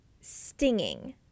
stinging